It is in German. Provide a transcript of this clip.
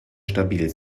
stabil